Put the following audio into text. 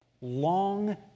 long